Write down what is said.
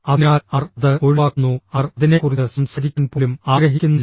അതിനാൽ അവർ അത് ഒഴിവാക്കുന്നു അവർ അതിനെക്കുറിച്ച് സംസാരിക്കാൻ പോലും ആഗ്രഹിക്കുന്നില്ല